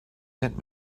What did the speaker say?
sent